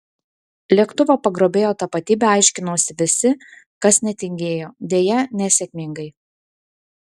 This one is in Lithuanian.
lėktuvo pagrobėjo tapatybę aiškinosi visi kas netingėjo deja nesėkmingai